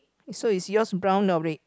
so is yours brown or red